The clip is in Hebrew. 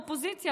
האופוזיציה,